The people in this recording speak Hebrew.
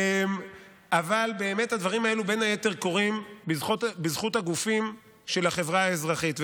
אבל באמת הדברים האלה בין היתר קורים בזכות הגופים של החברה האזרחית.